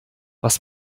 was